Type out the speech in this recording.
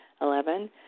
Eleven